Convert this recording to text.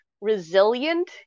resilient